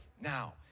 Now